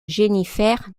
jennifer